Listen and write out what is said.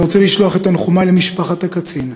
אני רוצה לשלוח את תנחומי למשפחת הקצין,